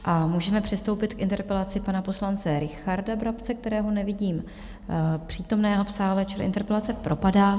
A můžeme přistoupit k interpelaci pana poslance Richarda Brabce, kterého nevidím přítomného v sále, čili interpelace propadá.